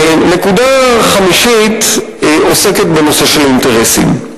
נקודה חמישית עוסקת בנושא של אינטרסים.